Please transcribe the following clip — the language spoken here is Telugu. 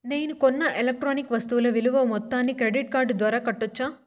నేను కొన్న ఎలక్ట్రానిక్ వస్తువుల విలువ మొత్తాన్ని క్రెడిట్ కార్డు ద్వారా కట్టొచ్చా?